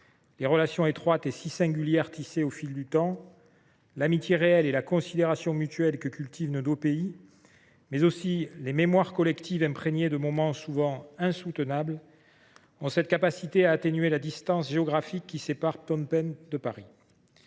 les relations étroites et si singulières tissées au fil du temps, l’amitié réelle et la considération mutuelle que cultivent nos deux pays, mais aussi les mémoires collectives imprégnées de moments souvent insoutenables ont cette capacité à atténuer la distance géographique qui sépare Phnom Penh de Paris.